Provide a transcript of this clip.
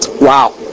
Wow